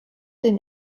den